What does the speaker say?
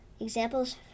examples